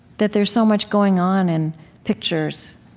that there's so much going on in pictures.